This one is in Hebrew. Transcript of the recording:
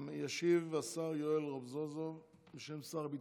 ישיב השר יואל רזבוזוב בשם שר הביטחון.